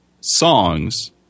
songs